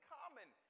common